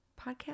podcast